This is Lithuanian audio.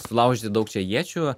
sulaužyt daug čia iečių